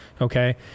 okay